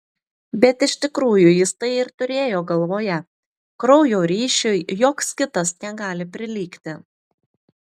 bet iš tikrųjų jis tai ir turėjo galvoje kraujo ryšiui joks kitas negali prilygti